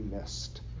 missed